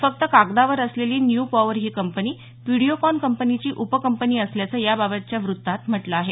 फक्त कागदावर असलेली न्यू पॉवर ही कंपनी व्हिडीओकॉन कंपनीची उपकंपनी असल्याचं याबाबतच्या व्रत्तात म्हटलं आहे